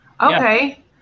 okay